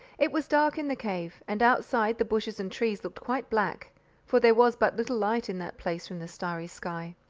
it was dark in the cave, and outside the bushes and trees looked quite black for there was but little light in that place from the starry sky.